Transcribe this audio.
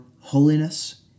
holiness